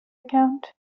account